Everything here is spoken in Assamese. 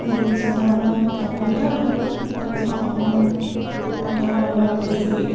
যিটো কিছুমানৰ অকণমান অসুবিধা হয় দিয়কচোন অকণমান ডাঙৰ বা বেছি